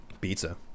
Pizza